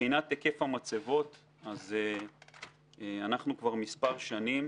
מבחינת היקף מצבת כוח האדם, כבר מספר שנים